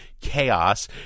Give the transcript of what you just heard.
chaos